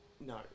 No